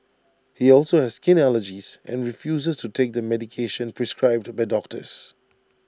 he also has skin allergies and refuses to take the medication prescribed by doctors